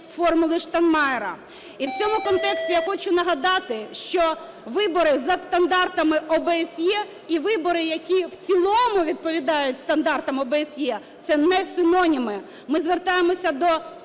"формули Штайнмайєра". І в цьому контексті я хочу нагадати, що вибори за стандартами ОБСЄ і вибори, які в цілому відповідають стандартам ОБСЄ, – це не синоніми. Ми звертаємося до